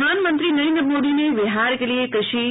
प्रधानमंत्री नरेन्द्र मोदी ने बिहार के लिए कृषि